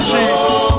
Jesus